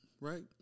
right